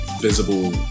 visible